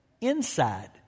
Inside